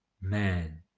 Man